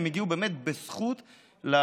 הם הגיעו באמת בזכות לדברים,